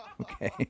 Okay